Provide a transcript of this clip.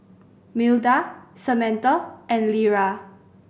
Milda Samatha and Lera